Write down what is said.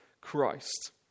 Christ